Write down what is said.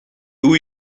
two